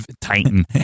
Titan